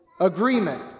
agreement